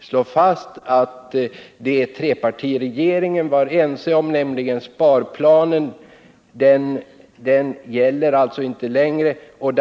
slå fast att det som trepartiregeringen var ense om, nämligen sparplanen, inte längre gäller.